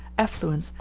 affluence,